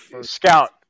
Scout